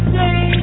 day